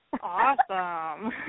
Awesome